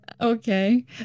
Okay